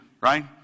right